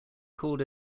called